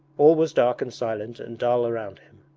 all was dark and silent and dull around him,